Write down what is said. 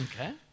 Okay